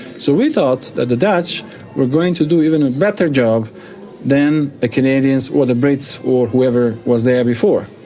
so we thought that the dutch were going to do even a better job than the canadians or the brits or whoever was there before.